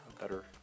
better